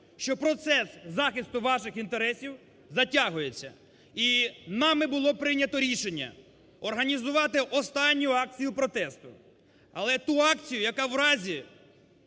що процес захисту ваших інтересів затягується, і нами було прийнято рішення організувати останню акцію протесту, але ту акцію, яка в разі,